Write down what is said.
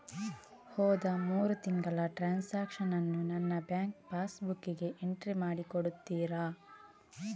ಹೋದ ಮೂರು ತಿಂಗಳ ಟ್ರಾನ್ಸಾಕ್ಷನನ್ನು ನನ್ನ ಬ್ಯಾಂಕ್ ಪಾಸ್ ಬುಕ್ಕಿಗೆ ಎಂಟ್ರಿ ಮಾಡಿ ಕೊಡುತ್ತೀರಾ?